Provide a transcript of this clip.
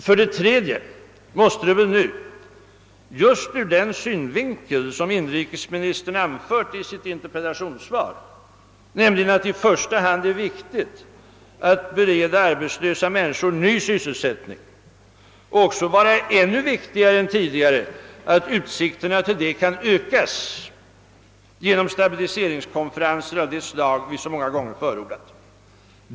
För det tredje måste det väl nu, just ur den synvinkel som inrikesministern anfört i sitt interpellationssvar, nämligen att det i första hand är viktigt att bereda arbetslösa människor ny sysselsättning, vara ännu viktigare än tidigare att utsikterna till detta kan ökas genom stabiliseringskonferenser av det slag vi så många gånger förordat.